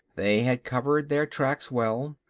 they had covered their tracks well.